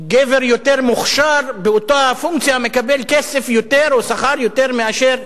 גבר יותר מוכשר באותה פונקציה מקבל יותר כסף או שכר מאשה